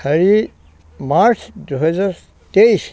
চাৰি মাৰ্চ দুহেজাৰ তেইছ